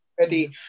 ready